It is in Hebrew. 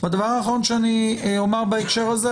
והדבר האחרון שאני אומר בהקשר הזה,